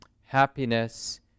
happiness